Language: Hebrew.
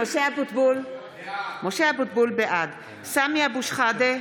משה אבוטבול, בעד סמי אבו שחאדה,